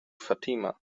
fatima